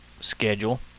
schedule